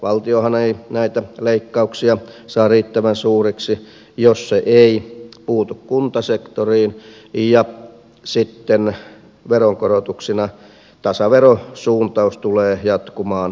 valtiohan ei näitä leikkauksia saa riittävän suuriksi jos se ei puutu kuntasektoriin ja sitten veronkorotuksina tasaverosuuntaus tulee jatkumaan entisestään